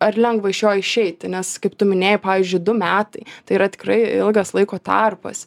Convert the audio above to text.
ar lengva iš jo išeiti nes kaip tu minėjai pavyzdžiui du metai tai yra tikrai ilgas laiko tarpas